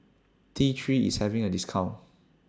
T three IS having A discount